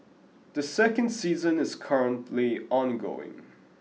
the second season is currently ongoing